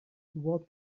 toward